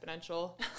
exponential